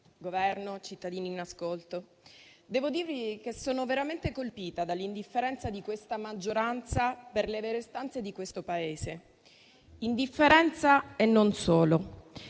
Governo, cittadini in ascolto, devo dire che sono veramente colpita dall'indifferenza di questa maggioranza per le vere istanze del Paese. Indifferenza e non solo,